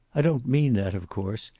i don't mean that, of course.